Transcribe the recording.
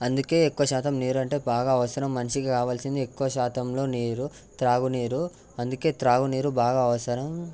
అందుకే ఎక్కువ శాతం నీరు అంటే బాగా అవసరం మనిషికి కావాల్సింది ఎక్కువ శాతంలో నీరు తాగునీరు అందుకే తాగు నీరు బాగా అవసరం